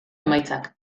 emaitzak